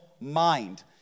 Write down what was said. mind